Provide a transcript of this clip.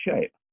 shape